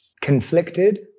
Conflicted